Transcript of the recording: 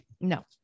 No